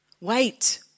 Wait